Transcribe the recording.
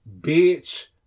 bitch